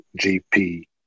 GP